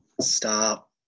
stop